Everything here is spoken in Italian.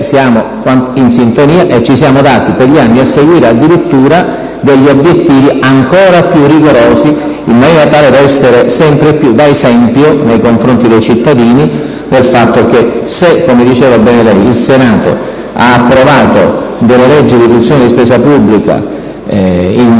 spesa pubblica e si è dato per gli anni a seguire addirittura obiettivi ancora più rigorosi, in maniera tale da essere sempre più da esempio nei confronti dei cittadini. Se, come diceva bene lei, il Senato ha approvato delle leggi di riduzione della spesa pubblica,